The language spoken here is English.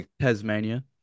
Tasmania